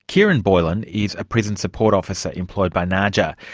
kieran boylan is a prison support officer employed by naaja.